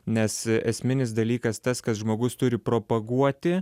nes esminis dalykas tas kad žmogus turi propaguoti